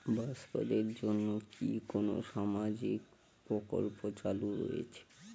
বয়স্কদের জন্য কি কোন সামাজিক প্রকল্প চালু রয়েছে?